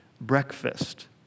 breakfast